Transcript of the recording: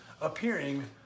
appearing